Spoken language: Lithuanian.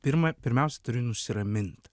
pirma pirmiausia turi nusiramint